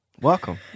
Welcome